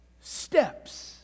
steps